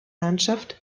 landschaft